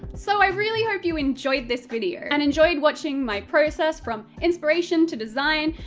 so, i really hope you enjoyed this video, and enjoyed watching my process from inspiration, to design,